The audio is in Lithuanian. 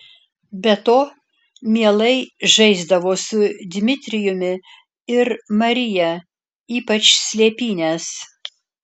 be to mielai žaisdavo su dmitrijumi ir marija ypač slėpynes